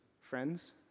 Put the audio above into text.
friends